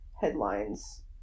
headlines